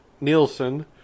Nielsen